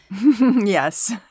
Yes